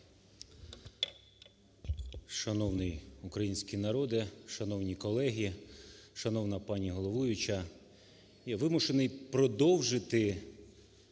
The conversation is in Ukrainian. Шановний український народе, шановні колеги, шановна пані головуюча. Я вимушений продовжити